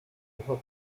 mismos